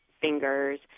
fingers